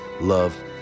love